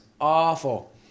awful